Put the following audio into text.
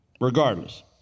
regardless